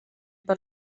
per